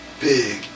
big